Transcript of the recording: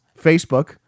Facebook